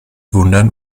wundern